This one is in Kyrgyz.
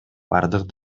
бардык